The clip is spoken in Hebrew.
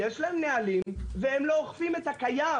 יש להם נהלים, והם לא אוכפים את הקיים.